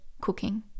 cooking